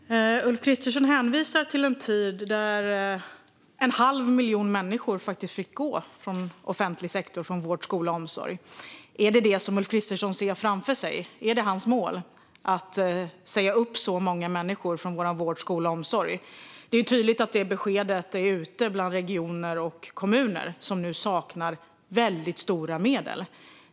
Herr talman! Ulf Kristersson hänvisar till en tid då en halv miljon människor faktiskt fick gå från offentlig sektor, från vård, skola och omsorg. Är det detta Ulf Kristersson ser framför sig? Är det hans mål att säga upp så många människor från vår vård, skola och omsorg? Det är tydligt att det beskedet är ute bland regioner och kommuner, vilka nu saknar väldigt stora medel.